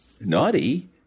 Naughty